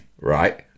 Right